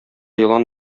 елан